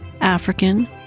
African